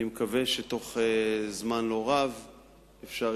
אני מקווה שבתוך זמן לא רב יהיה אפשר